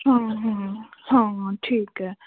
ਹਾਂ ਹਾਂ ਹਾਂ ਠੀਕ ਹੈ